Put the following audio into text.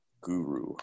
guru